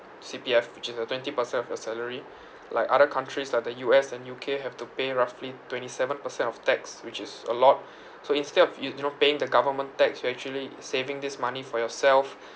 C_P_F which is the twenty percent of your salary like other countries like the U_S and U_K have to pay roughly twenty seven percent of tax which is a lot so instead of you you know paying the government tax you actually saving this money for yourself